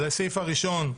לגבי הסעיף הראשון,